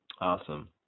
Awesome